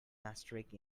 asterisk